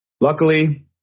Luckily